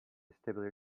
vestibular